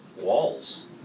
walls